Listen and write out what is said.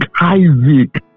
Isaac